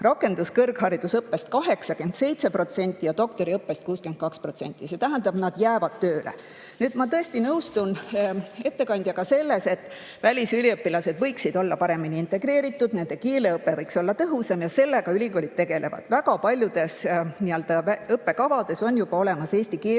rakenduskõrgharidusõppest 87% ja doktoriõppest 62%. See tähendab, nad jäävad tööle. Ma tõesti nõustun ettekandjaga selles, et välisüliõpilased võiksid olla paremini integreeritud, nende keeleõpe võiks olla tõhusam. Sellega ülikoolid tegelevad. Väga paljudes õppekavades on juba olemas eesti keele